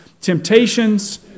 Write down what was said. temptations